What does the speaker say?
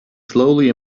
slowly